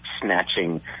snatching